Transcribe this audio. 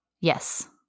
Yes